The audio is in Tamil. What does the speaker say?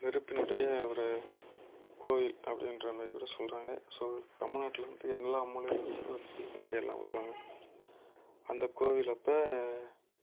நெருப்பினுடைய ஒரு கோயில் அப்படின்ற மாரி கூட சொல்கிறாங்க ஸோ தமிழ்நாட்டில் இருந்து எல்லா மூலையிலருந்து கூட இந்த கோவில் பார்க்க எல்லாம் வருவாங்க அந்த கோவில் அப்போ